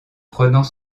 prenant